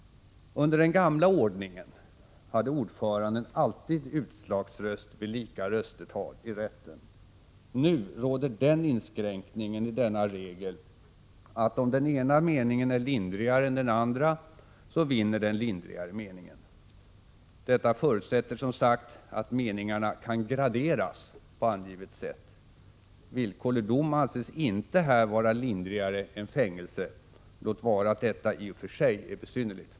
Med den gamla ordningen hade ordföranden alltid utslagsröst vid lika röstetal i rätten. Nu råder den inskränkningen i denna regel att om den ena meningen är lindrigare än den andra, vinner den lindrigare meningen. Detta förutsätter, som sagt, att meningarna kan graderas på angivet sätt. Villkorlig dom anses inte här vara lindrigare än fängelse — låt vara att detta i och för sig är besynnerligt.